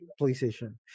PlayStation